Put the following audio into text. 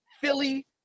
Philly